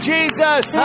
Jesus